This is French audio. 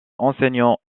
enseignants